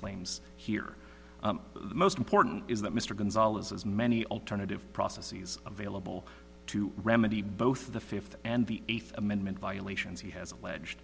claims here the most important is that mr gonzales as many alternative processes available to remedy both the fifth and the eighth amendment violations he has alleged